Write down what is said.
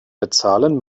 bezahlen